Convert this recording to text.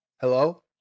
Hello